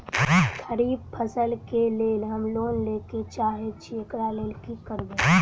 खरीफ फसल केँ लेल हम लोन लैके चाहै छी एकरा लेल की करबै?